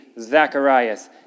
Zacharias